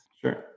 Sure